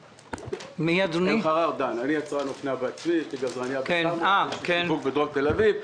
אני יצרן אופנה בעצמי, יש לי גוף גדול בתל אביב.